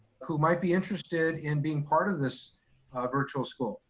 who might be interested in being part of this virtual school.